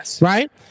right